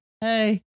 Hey